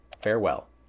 farewell